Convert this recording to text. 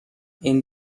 این